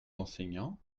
d’enseignants